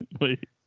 wait